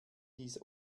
dies